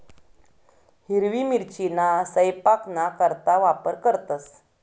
हिरवी मिरचीना सयपाकना करता वापर करतंस